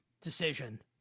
decision